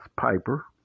Piper